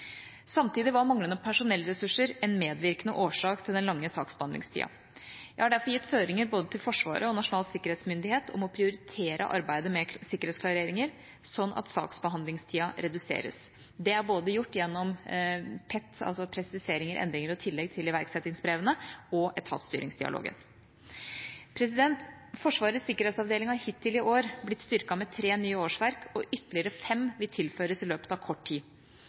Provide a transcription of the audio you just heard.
Samtidig var manglende personellressurser en medvirkende årsak til den lange saksbehandlingstida. Jeg har derfor gitt føringer både til Forsvaret og til Nasjonal sikkerhetsmyndighet om å prioritere arbeidet med sikkerhetsklareringer, sånn at saksbehandlingstida reduseres. Det er gjort både gjennom PET, altså presiseringer, endringer og tillegg til iverksettingsbrevene, og gjennom etatstyringsdialogen. Forsvarets sikkerhetsavdeling har hittil i år blitt styrket med tre nye årsverk, og ytterligere fem vil tilføres i løpet av kort tid.